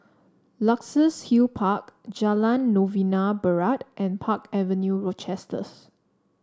Luxus Hill Park Jalan Novena Barat and Park Avenue Rochester